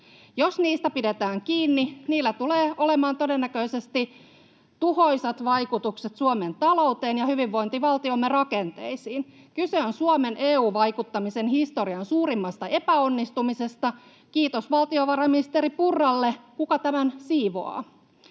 Jos niistä pidetään kiinni, niillä tulee olemaan todennäköisesti tuhoisat vaikutukset Suomen talouteen ja hyvinvointivaltiomme rakenteisiin. Kyse on Suomen EU-vaikuttamisen historian suurimmasta epäonnistumisesta — kiitos valtiovarainministeri Purralle. Kuka tämän siivoaa?